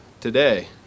today